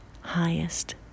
highest